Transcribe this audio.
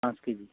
পাঁচ কেজি